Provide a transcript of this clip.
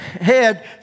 head